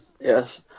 Yes